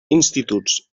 instituts